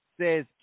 says